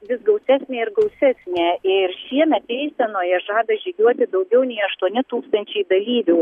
vis gausesnė ir gausesnė ir šiemet eisenoje žada žygiuoti daugiau nei aštuoni tūkstančiai dalyvių